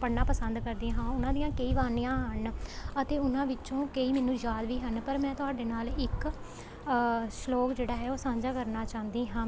ਪੜ੍ਹਨਾ ਪਸੰਦ ਕਰਦੀ ਹਾਂ ਉਹਨਾਂ ਦੀਆਂ ਕਈ ਬਾਣੀਆਂ ਹਨ ਅਤੇ ਉਹਨਾਂ ਵਿੱਚੋਂ ਕਈ ਮੈਨੂੰ ਯਾਦ ਵੀ ਹਨ ਪਰ ਮੈਂ ਤੁਹਾਡੇ ਨਾਲ ਇੱਕ ਸਲੋਕ ਜਿਹੜਾ ਹੈ ਉਹ ਸਾਂਝਾ ਕਰਨਾ ਚਾਹੁੰਦੀ ਹਾਂ